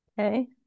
Okay